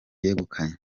yegukanye